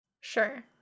Sure